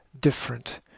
different